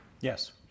Yes